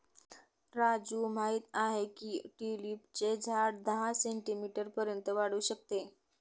राजू माहित आहे की ट्यूलिपचे झाड दहा सेंटीमीटर पर्यंत वाढू शकते